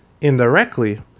indirectly